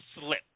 slip